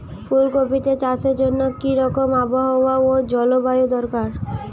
ফুল কপিতে চাষের জন্য কি রকম আবহাওয়া ও জলবায়ু দরকার?